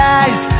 eyes